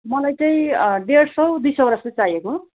मलाई चाहिँ डेढ सय दुई सयवटा जस्तो चाहिएको